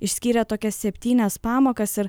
išskyrė tokias septynias pamokas ir